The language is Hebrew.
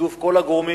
בשיתוף כל הגורמים,